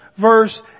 verse